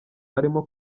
arimo